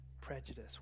prejudice